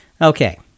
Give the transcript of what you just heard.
Okay